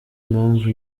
impamvu